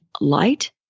light